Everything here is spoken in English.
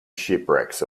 shipwrecks